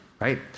right